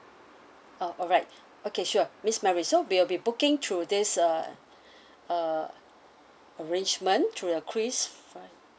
oh alright okay sure miss mary so we'll be booking through this uh uh arrangement through the kris fly